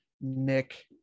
nick